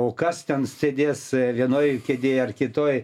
o kas ten sėdės vienoj kėdėj ar kitoj